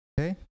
Okay